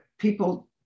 People